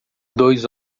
dois